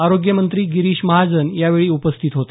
आरोग्यमंत्री गिरीष महाजन यावेळी उपस्थित होते